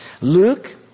Luke